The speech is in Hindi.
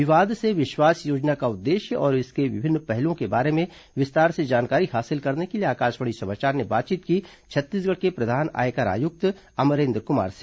विवाद से विश्वास योजना का उद्देश्य और इसके विभिन्न पहलुओं के बारे में विस्तार से जानकारी हासिल करने के लिए आकाशवाणी समाचार ने बातचीत की छत्तीसगढ़ के प्रधान आयकर आयुक्त अमरेंद्र कुमार से